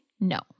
No